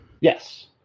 Yes